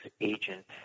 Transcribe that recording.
agent